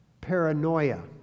paranoia